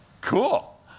Cool